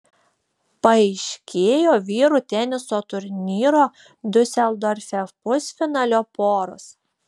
paaiškėjo vyrų teniso turnyro diuseldorfe pusfinalio poros